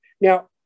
Now